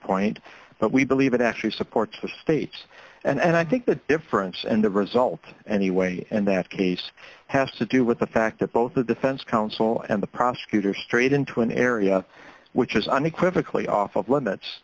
point but we believe it actually supports the states and i think the difference and the result anyway and that case has to do with the fact that both the defense counsel and the prosecutor strayed into an area which is unequivocally off of limits